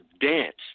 dance